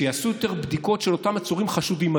שיעשו יותר בדיקות של אותם עצורים חשודים.